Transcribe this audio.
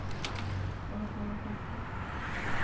ᱚᱸᱻ ᱦᱚᱸ ᱦᱳᱭᱛᱳ